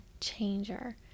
changer